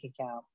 account